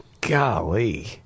Golly